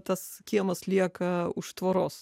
tas kiemas lieka už tvoros